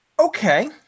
okay